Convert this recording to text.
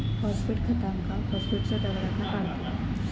phosphate खतांका फॉस्फेटच्या दगडातना काढतत